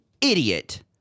idiot